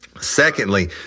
Secondly